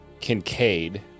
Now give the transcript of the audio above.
Kincaid